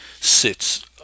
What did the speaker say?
sits